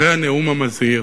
אחרי הנאום המזהיר,